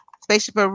spaceship